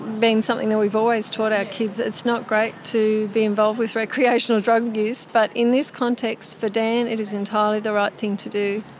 been something that we've always taught our kids it's not great to be involved with recreational drug use. but in this context for dan it is entirely the right thing to do.